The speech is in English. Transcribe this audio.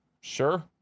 Sure